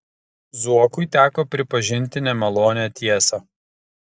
zuokui teko pripažinti nemalonią tiesą